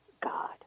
God